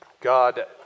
God